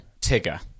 Tigger